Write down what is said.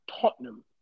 Tottenham